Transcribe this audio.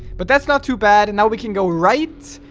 but that's not too bad and now we can go right,